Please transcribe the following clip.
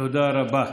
תודה רבה.